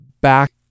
back